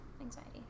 anxiety